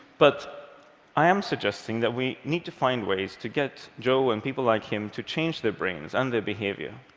but i am suggesting that we need to find ways to get joe and people like him to change their brains and their behavior,